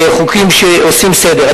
חוקים שעושים סדר.